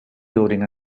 building